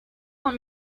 want